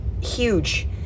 huge